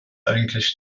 eigentlich